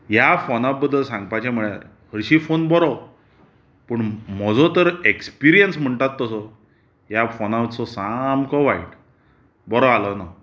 ह्या फोना बद्दल सांगपाचें म्हळ्यार हरशीं फोन बरो पूण म्हजो तर एक्सपिरियन्स म्हणटात तसो ह्या फोनाचो सामको वायट बरो जालो ना